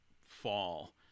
fall